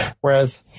whereas